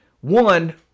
one